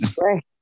right